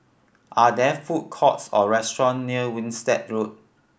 are there food courts or restaurant near Winstedt Road